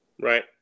Right